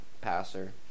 passer